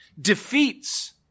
defeats